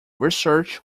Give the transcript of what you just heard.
research